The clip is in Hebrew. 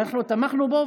ואנחנו תמכנו בו,